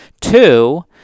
two